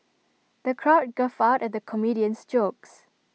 the crowd guffawed at the comedian's jokes